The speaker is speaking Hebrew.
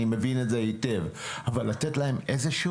אבל כן לתת להם איזשהו